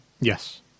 Yes